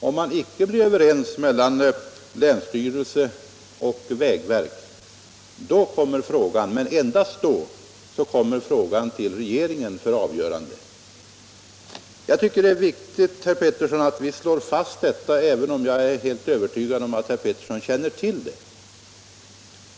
Om man icke blir överens mellan länsstyrelse och vägverk, då — endast då - kommer frågan till regeringen för avgörande. Jag tycker det är viktigt, herr Petersson, att vi slår fast detta, även om jag är helt övertygad om att herr Petersson känner till det.